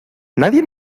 nadie